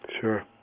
Sure